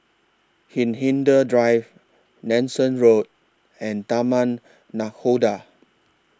Hindhede Drive Nanson Road and Taman Nakhoda